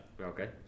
Okay